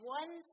one